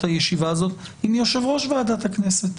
הישיבה הזאת עם יושב-ראש ועדת הכנסת.